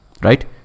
Right